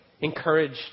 encouraged